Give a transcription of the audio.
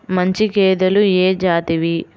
మంచి గేదెలు ఏ జాతివి?